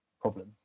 problem